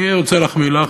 אני רוצה להחמיא לך,